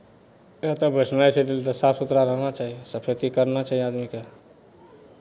एतय बैठनाइ छै तऽ साफ सुथरा रहना चाही सफैती करना चाही आदमीकेँ